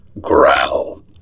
Growl